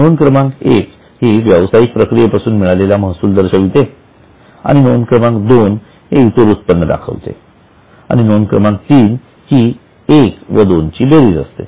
नोंद क्रमांक एक हि व्यवसायिक प्रक्रियेपासून मिळालेले महसूल दाखविते आणि नोंद क्रमांक दोन इतर उत्पन्न दाखविते आणि नोंद क्रमांक तीन ही एक व दोनची बेरीज असते